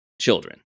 children